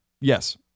Yes